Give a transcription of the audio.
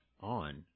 on